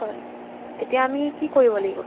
হয় এতিয়া আমি কি কৰিব লাগিব